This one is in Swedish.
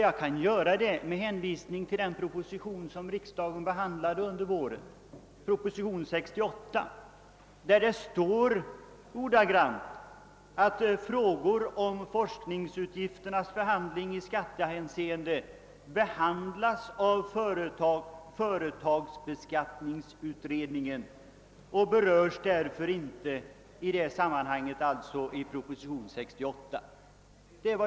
Jag kan göra det med hänvisning till pro position nr 68 som riksdagen behandlade under våren. Där står det att frågor om forskningsutgifternas behandling i skattehänseende handlägges av företagsskatteutredningen och därför inte berörs i proposition nr 68.